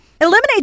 Eliminate